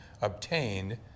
obtained